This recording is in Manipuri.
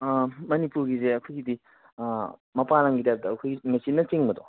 ꯃꯅꯤꯄꯨꯔꯒꯤꯗꯤ ꯑꯩꯈꯣꯏꯒꯤꯗꯤ ꯃꯄꯥꯜꯂꯝꯒꯤ ꯇꯥꯏꯞꯇ ꯑꯩꯈꯣꯏꯒꯤ ꯃꯦꯆꯤꯟꯅ ꯆꯤꯡꯕꯗꯣ